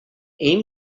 aim